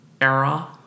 era